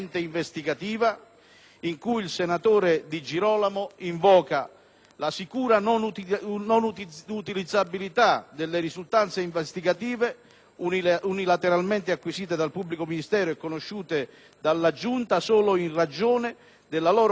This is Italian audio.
la sicura non utilizzabilità delle risultanze investigative unilateralmente acquisite dal pubblico ministero, e conosciute dalla Giunta solo in ragione della loro considerazione per il diverso profilo della citata concessione dell'autorizzazione all'arresto.